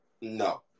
no